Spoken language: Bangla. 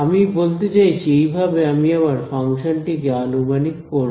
আমি বলতে চাইছি এইভাবে আমি আমার ফাংশনটি কে আনুমানিক করব